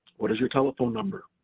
what is your telephone number,